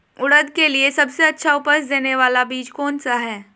उड़द के लिए सबसे अच्छा उपज देने वाला बीज कौनसा है?